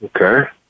Okay